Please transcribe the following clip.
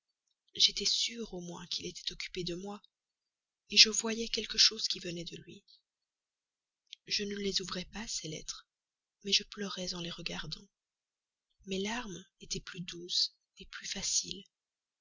j'étais sûre au moins qu'il s'était occupé de moi je voyais quelque chose qui venait de lui je ne les ouvrais pas ces lettres mais je pleurais en les regardant mes larmes étaient plus douces plus faciles